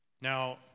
Now